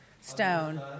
Stone